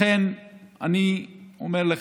לכן אני אומר לך,